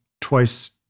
twice